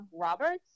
Roberts